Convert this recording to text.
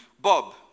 Bob